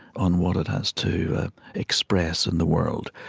on what it has to express in the world,